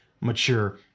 mature